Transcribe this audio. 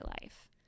life